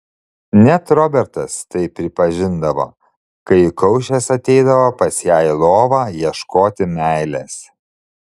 net robertas tai pripažindavo kai įkaušęs ateidavo pas ją į lovą ieškoti meilės